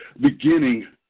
beginning